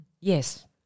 Yes